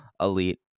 elite